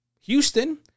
Houston